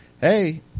hey